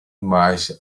miles